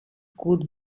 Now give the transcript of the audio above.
gut